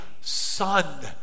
son